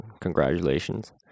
congratulations